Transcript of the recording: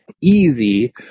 easy